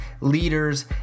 leaders